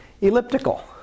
elliptical